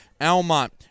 Almont